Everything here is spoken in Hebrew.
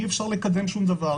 אי-אפשר לקדם שום דבר,